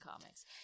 comics